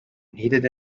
needed